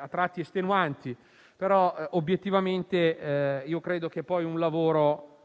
a tratti estenuanti, ma, obiettivamente, io credo che si poteva